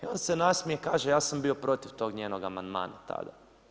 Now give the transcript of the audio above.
I on se nasmije, kaže ja sam bio protiv tog njenog amandmana tada.